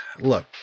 look